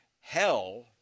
Hell